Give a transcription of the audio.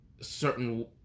certain